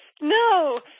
no